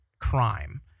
crime